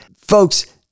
Folks